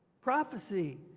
Prophecy